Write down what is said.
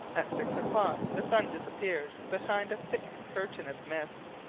at six o'clock the sun disappeared behind a thick curtain of mist.